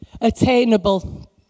attainable